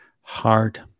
heart